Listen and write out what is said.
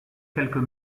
quelques